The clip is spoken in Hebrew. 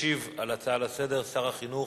ישיב על ההצעה לסדר-היום שר החינוך,